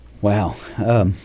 Wow